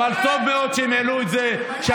יאיר לפיד היה שר האוצר.